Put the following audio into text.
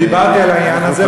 ודיברתי על העניין הזה,